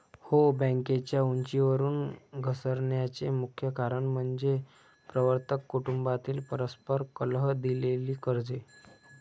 हो, बँकेच्या उंचीवरून घसरण्याचे मुख्य कारण म्हणजे प्रवर्तक कुटुंबातील परस्पर कलह, दिलेली कर्जे